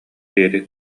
диэри